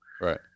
Right